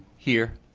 here.